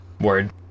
word